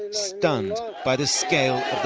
ah stunned by the scale